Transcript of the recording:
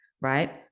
right